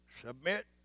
Submit